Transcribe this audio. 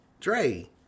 Dre